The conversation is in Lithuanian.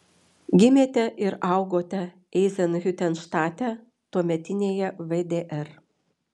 gimėte ir augote eizenhiutenštate tuometinėje vdr